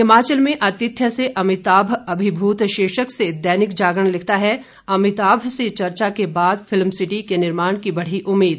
हिमाचल में आतिथ्य से अमिताभ अभिभूत शीर्षक से दैनिक जागरण लिखता है अमिताभ से चर्चा के बाद फिल्म सिटी के निर्माण की बढ़ी उम्मीद